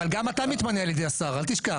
אגב, גם אתה מתמנה על ידי השר, אל תשכח.